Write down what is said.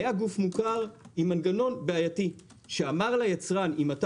היה גוף מוכר עם מנגנון בעייתי שאמר ליצרן: אם אתה